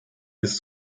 ist